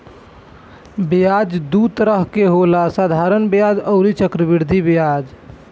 ब्याज दू तरह के होला साधारण ब्याज अउरी चक्रवृद्धि ब्याज